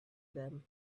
them